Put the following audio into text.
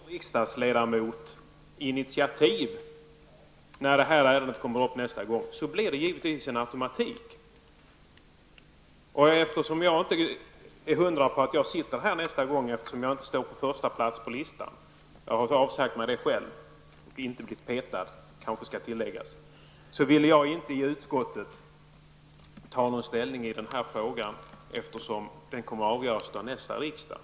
Herr talman! Det fungerar så att om inte en riksdagsledamot tar ett initiativ när ett ärende kommer upp till diskussion nästa gång i riksdagen, så blir det givetvis en automatik. Eftersom jag inte har en förstaplats på listan och inte är hundraprocentigt säker på att jag sitter här i riksdagen efter valet -- det kanske skall tilläggas att jag själv har avsagt mig, inte blivit petad, vill jag inte i utskottet ta ställning i en fråga som skall avgöras av nästa riksmöte.